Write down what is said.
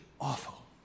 awful